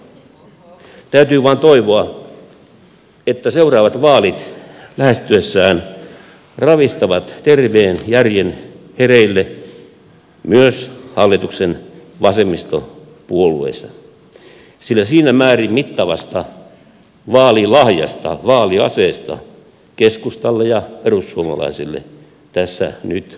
täytyy vain toivoa että seuraavat vaalit lähestyessään ravistavat terveen järjen hereille myös hallituksen vasemmistopuolueissa sillä siinä määrin mittavasta vaalilahjasta vaaliaseesta keskustalle ja perussuomalaisille tässä nyt on kysymys